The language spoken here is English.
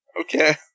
Okay